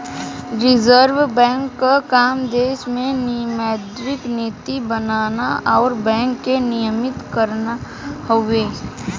reserve bank क काम देश में मौद्रिक नीति बनाना आउर बैंक के नियमित करना हउवे